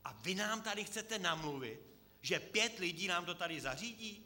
A vy nám tady chcete namluvit, že pět lidí nám to tady zařídí?